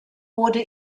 wurde